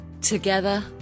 Together